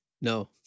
No